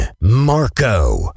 Marco